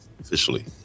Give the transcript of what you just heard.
officially